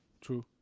True